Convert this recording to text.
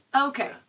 Okay